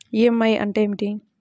EMI అంటే ఏమిటి?